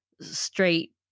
straight